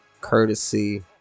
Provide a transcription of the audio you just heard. courtesy